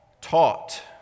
taught